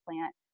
plant